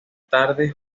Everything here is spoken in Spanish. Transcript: tarde